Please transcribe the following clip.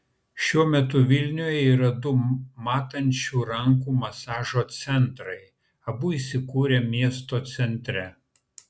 šiuo metu vilniuje yra du matančių rankų masažo centrai abu įsikūrę miesto centre